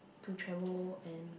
to travel and